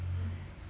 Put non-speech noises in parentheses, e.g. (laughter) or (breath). (breath)